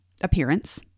appearance